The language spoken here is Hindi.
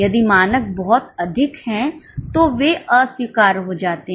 यदि मानक बहुत अधिक हैं तो वे अस्वीकार्य हो जाते हैं